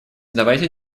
давайте